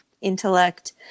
intellect